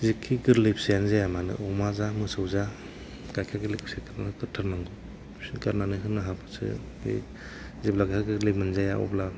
जेखि गोरलै फिसायानो जाया मानो अमा जा मोसौ जा गाइखेर गोरलैखौ सेरगारनानै गारथार नांगौ सेरगारनानै होनो हाबासो बे जेब्ला गाइखेर गोरलै मोनजाया अब्ला